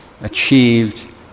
achieved